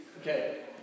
Okay